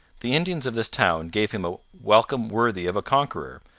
the indians of this town gave him a welcome worthy of a conqueror,